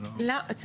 לא, חבל.